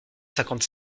cinquante